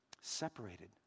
Separated